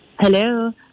hello